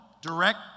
direct